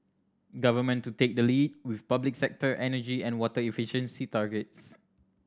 government to take the lead with public sector energy and water efficiency targets